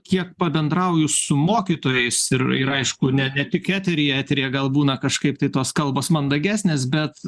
kiek pabendrauju su mokytojais ir ir aišku ne ne tik eteryje eteryje gal būna kažkaip tai tos kalbos mandagesnės bet